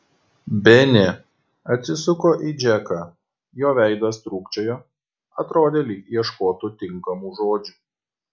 benė atsisuko į džeką jo veidas trūkčiojo atrodė lyg ieškotų tinkamų žodžių